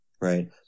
right